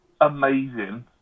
amazing